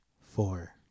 Four